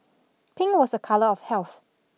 pink was a colour of health